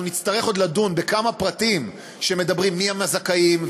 אנחנו נצטרך עוד לדון בכמה פרטים שמדברים מי הם הזכאים,